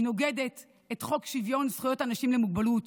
היא נוגדת את חוק שוויון זכויות אנשים עם מוגבלות,